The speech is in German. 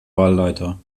wahlleiter